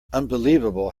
unbelievable